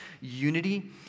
unity